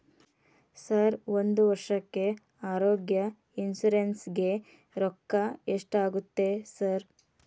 Sir ಒಂದು ವರ್ಷಕ್ಕೆ ಆರೋಗ್ಯ ಇನ್ಶೂರೆನ್ಸ್ ಗೇ ರೊಕ್ಕಾ ಎಷ್ಟಾಗುತ್ತೆ ಸರ್?